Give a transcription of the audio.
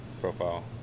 profile